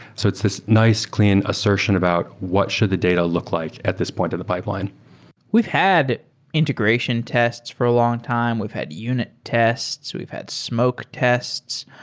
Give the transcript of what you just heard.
so it's this nice clean assertion about what should the data look like at this point in the pipeline we've had integration tests for a long time. we've had unit tests. we've had smoke tests.